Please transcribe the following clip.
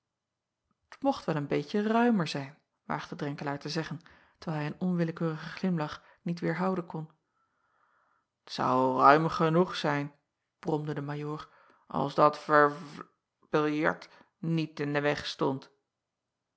ocht wel een beetje ruimer zijn waagde ren acob van ennep laasje evenster delen kelaer te zeggen terwijl hij een onwillekeurigen glimlach niet weêrhouden kon t ou ruim genoeg zijn bromde de ajoor als dat vervl biljart niet in den weg stond